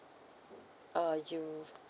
uh you